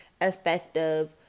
effective